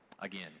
again